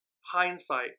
hindsight